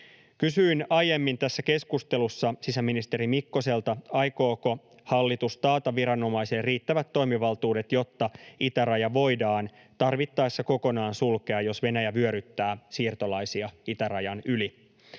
Kysyin aiemmin tässä keskustelussa sisäministeri Mikkoselta, aikooko hallitus taata viranomaisille riittävät toimivaltuudet, jotta itäraja voidaan tarvittaessa kokonaan sulkea, jos Venäjä vyöryttää siirtolaisia itärajan yli.